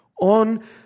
on